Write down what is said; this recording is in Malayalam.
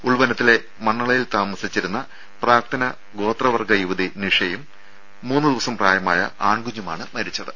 ഉൾവനത്തിലെ മണ്ണളയിൽ താമസിച്ചിരുന്ന പ്രാക്തന ഗോത്രവർഗ യുവതി നിഷയും മൂന്നു ദിവസം പ്രായമായ ആൺ കുഞ്ഞുമാണ് മരിച്ചത്